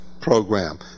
program